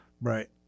Right